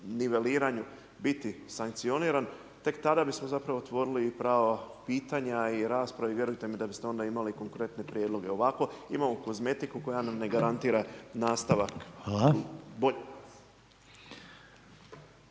bit sankcioniran tek tada bismo zapravo otvorili i prava pitanja i rasprave i vjerujte mi da biste onda imali konkretne prijedloge, ovako imamo kozmetiku koja nam ne garantira nastavak.